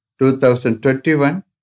2021